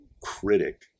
critic